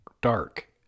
dark